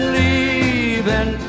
leaving